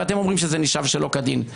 ואתם אומרים שזה נשאב שלא כדין,